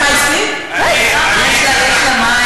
מספיק זמן,